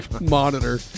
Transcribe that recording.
monitor